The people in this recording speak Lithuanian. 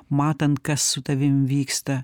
matant kas su tavim vyksta